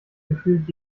gefühlt